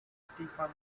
stephen